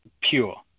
pure